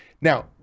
Now